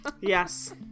Yes